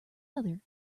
other